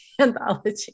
anthology